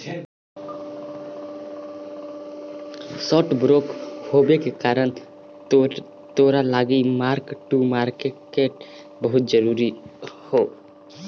stock broker होबे के कारण तोरा लागी मार्क टू मार्केट बहुत जरूरी हो